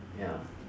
ya